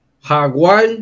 jaguar